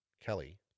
Kelly